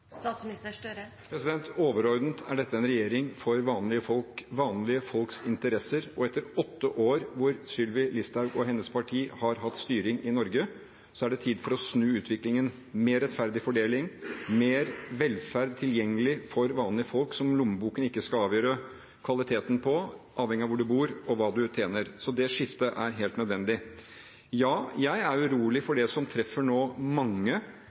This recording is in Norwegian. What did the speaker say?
Overordnet er dette en regjering for vanlige folk, vanlige folks interesser, og etter åtte år da representanten Sylvi Listhaug og hennes parti har hatt styring i Norge, er det tid for å snu utviklingen: mer rettferdig fordeling, mer velferd tilgjengelig for vanlige folk, som lommeboken ikke skal avgjøre kvaliteten på avhengig av hvor man bor, og hva man tjener. Det skiftet er helt nødvendig. Ja, jeg er urolig for det som nå treffer mange